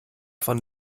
von